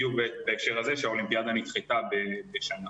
בדיוק בהקשר הזה שהאולימפיאדה נדחתה בשנה.